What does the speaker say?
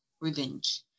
revenge